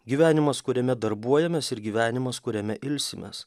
gyvenimas kuriame darbuojamės ir gyvenimas kuriame ilsimės